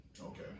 Okay